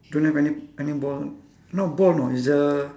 don't have any any ball not ball you know is the